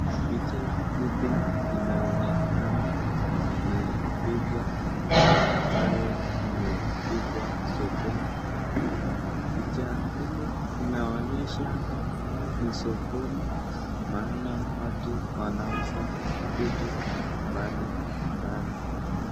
Picha hili linaonekana ni picha ambayo imepigwa sokoni, picha hili inaonyesha hapa ni sokoni, maana watu wanauza vitu mbali mbali.